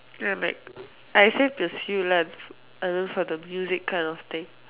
I'm like I same as you lah I know for the music kind of thing